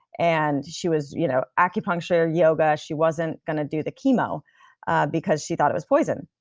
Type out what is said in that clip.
and she was. you know acupuncture, yoga, she wasn't going to do the chemo because she thought it was poison.